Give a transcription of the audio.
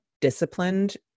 disciplined